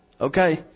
Okay